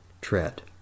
tread